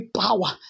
power